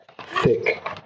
Thick